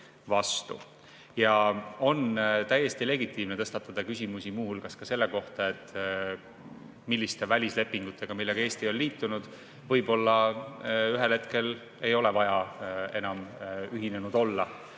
On täiesti legitiimne tõstatada küsimusi muu hulgas selle kohta, milliste välislepingutega, millega Eesti on liitunud, võib‑olla ühel hetkel ei ole vaja enam ühinenud olla.